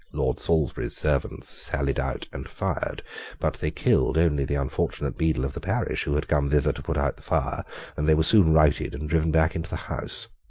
lord salisbury's servants sallied out and fired but they killed only the unfortunate beadle of the parish, who had come thither to put out the fire and they were soon routed and driven back into the house.